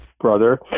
brother